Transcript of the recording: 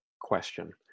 question